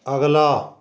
ਅਗਲਾ